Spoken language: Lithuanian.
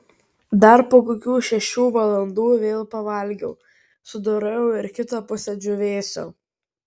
dar po kokių šešių valandų vėl pavalgiau sudorojau ir kitą pusę džiūvėsio